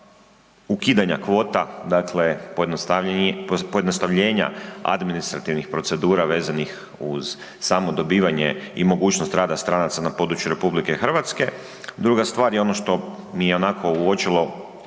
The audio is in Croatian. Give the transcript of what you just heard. ukidanja kvota, dakle pojednostavljenja administrativnih procedura veznih uz samo dobivanje i mogućnost rada stranaca na području RH. Druga stvar je ono što mi je ionako uočilo